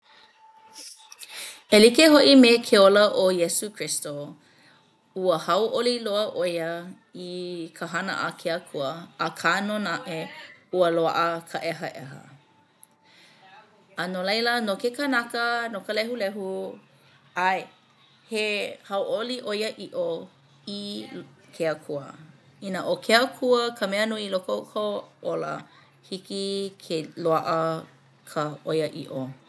E like ho'i me ke ola o Iesū Kristo ua hauʻoli loa ʻo ia i ka hana a ke Akua akā nō naʻe ua loaʻa ka ʻehaʻeha. No laila no ke kanaka no ka lehulehu ʻae he hauʻoli ʻo iaʻiʻo i ke Akua. Inā ʻo ke Akua ka mea nui i loko o kou ola hiki ke loaʻa ka ʻo iaʻiʻo.